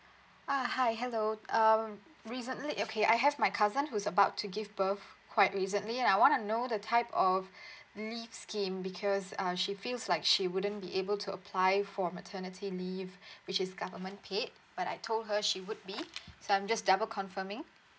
ah hi hello um recently okay I have my cousin who's about to give birth quite recently and I wanna know the type of leave scheme because um she feels like she wouldn't be able to apply for maternity leave which is government paid but I told her she would be so I'm just double confirming